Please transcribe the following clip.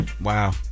Wow